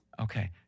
Okay